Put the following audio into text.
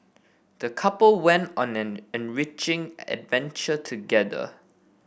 the couple went on an enriching adventure together